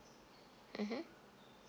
mmhmm